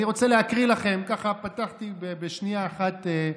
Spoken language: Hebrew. אני רוצה להקריא לכם, ככה, פתחתי בשנייה אחת,